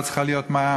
לא צריך להיות מע"מ.